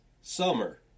Summer